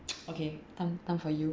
okay time time for you